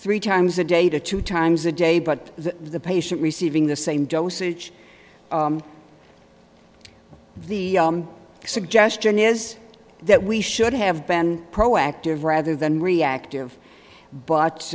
three times a day to two times a day but the patient receiving the same dosage the suggestion is that we should have been proactive rather than reactive